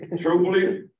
truthfully